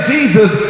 Jesus